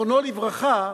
זיכרונו לברכה,